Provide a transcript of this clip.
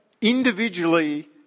individually